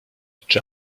czy